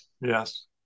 Yes